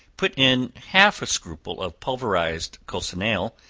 put in half a scruple of pulverized cochineal,